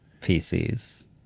pcs